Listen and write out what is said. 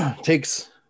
takes